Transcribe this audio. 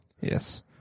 Yes